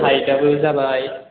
हाइटआबो जाबाय